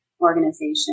organization